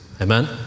Amen